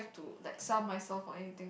to like sell myself or anything